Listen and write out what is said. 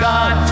God